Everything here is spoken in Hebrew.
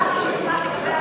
זה נבחן בוועדת חקירה